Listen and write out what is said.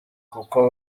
kuko